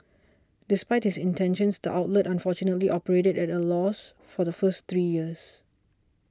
despite his intentions the outlet unfortunately operated at a loss for the first three years